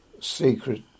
secret